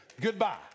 Goodbye